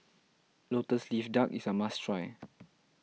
Lotus Leaf Duck is a must try